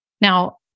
Now